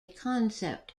concept